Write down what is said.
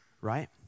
right